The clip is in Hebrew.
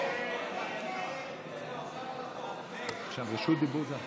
הסתייגות 50